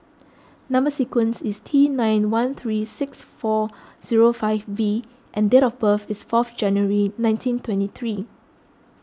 Number Sequence is T nine one three six four zero five V and date of birth is fourth January nineteen twenty three